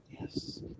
yes